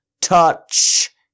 touch